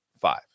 five